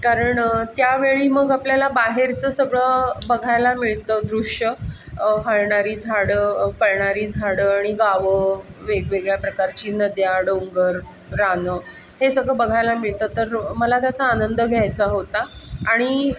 कारण त्यावेळी मग आपल्याला बाहेरचं सगळं बघायला मिळतं दृश्य हलणारी झाडं पळणारी झाडं आणि गावं वेगवेगळ्या प्रकारची नद्या डोंगर रानं हे सगळं बघायला मिळतं तर मला त्याचा आनंद घ्यायचा होता आणि